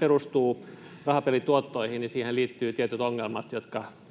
perustuu rahapelituottoihin, niin siihen liittyvät tietyt ongelmat, jotka